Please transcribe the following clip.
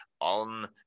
on